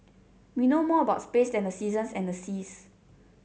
we know more about space than the seasons and the seas